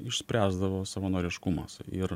išspręsdavo savanoriškumas ir